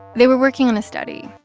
they were working on a study.